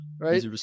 right